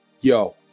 yo